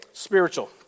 Spiritual